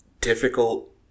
difficult